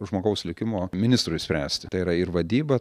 žmogaus likimo ministrui spręsti tai yra ir vadyba